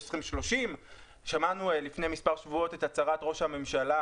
ויש גם שנת 2030. שמענו לפני מספר שבועות את הצהרת ראש הממשלה